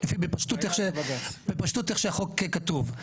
בפשטות איך שהחוק כתוב.